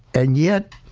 and yet,